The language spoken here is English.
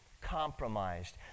compromised